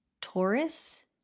Taurus